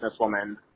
businesswoman